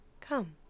Come